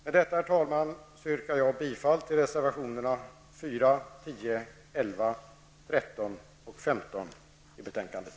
Med detta, herr talman, yrkar jag bifall till reservationerna 4, 10, 11, 13 och 15 i betänkandet.